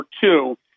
two